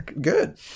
Good